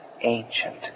ancient